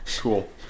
Cool